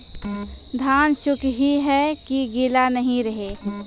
धान सुख ही है की गीला नहीं रहे?